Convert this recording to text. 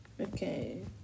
Okay